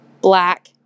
Black